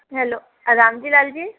hello Ram ji Lal जी